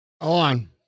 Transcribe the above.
on